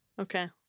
Okay